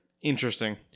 interesting